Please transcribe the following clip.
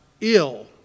ill